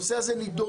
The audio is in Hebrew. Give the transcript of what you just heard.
הנושא הזה נידון,